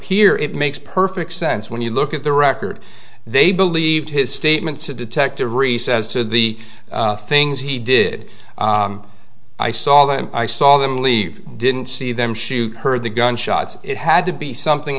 here it makes perfect sense when you look at the record they believe his statements to detective recess to the things he did i saw them i saw them leave didn't see them shoot heard the gunshots it had to be something